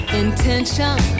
intention